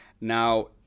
Now